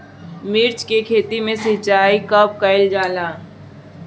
मिर्चा के खेत में सिचाई कब कइल जाला?